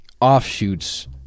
offshoots